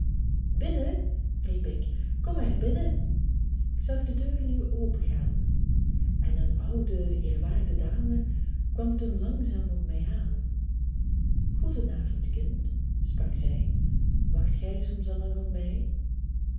binnen riep ik kom maar binnen k zag de deur nu opengaan en eene oude eerwaarde dame kwam toen langzaam op mij aan goeden avond kind sprak zij wacht gij soms al lang op mij